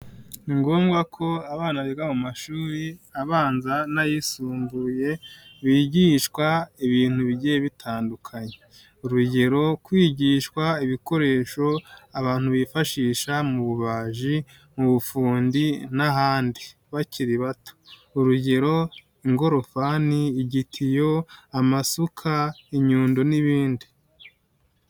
Ni ngombwa ko abana biga mu mashuri abanza n'ayisumbuye bigishwa ibintu bigiye bitandukanye, urugero: kwigishwa ibikoresho abantu bifashisha mu bubaji, mu bufundi n'ahandi bakiri bato, urugero: ingorofani, igitiyo, amasuka, inyundo n'ibindi.